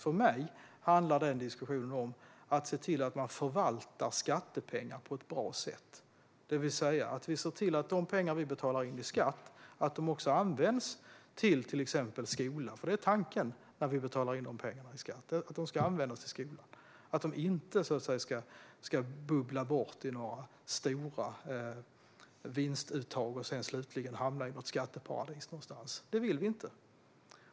För mig handlar diskussionen om att se till att förvalta skattepengar på ett bra sätt, det vill säga se till att de pengar vi betalar in i skatt också används till skolan, till exempel. Det är nämligen det som är tanken med att betala in pengar i skatt - att de ska användas till skolan och inte så att säga bubbla bort i några stora vinstuttag och slutligen hamna i ett skatteparadis någonstans. Det vill vi inte.